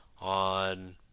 on